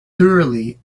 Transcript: thoroughly